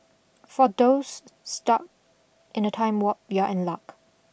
for those stuck in the time warp you are in luck